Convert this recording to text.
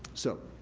so,